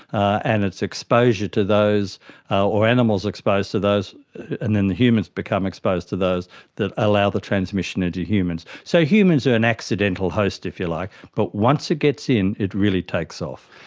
and it's exposure to those or animals exposed to those and then humans become exposed to those that allow the transmission into humans. so humans are an accidental host, if you like, but once it gets in, it really takes off.